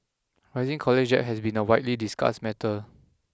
rising college has been a widely discussed matter